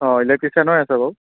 অঁ ইলেকট্ৰিচিয়াৰ আছে বাৰু